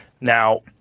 now